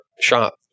shop